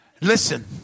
Listen